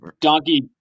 Donkey